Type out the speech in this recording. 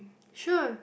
sure